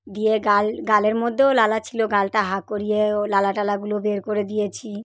দিয়ে গাল গালের মধ্যেও লালা ছিলো গালটা হা করিয়ে ওর লালা টালাগুলো বের করে দিয়েছি